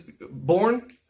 born